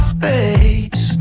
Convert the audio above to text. face